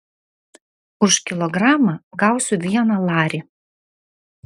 už kilogramą gausiu vieną larį